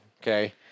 okay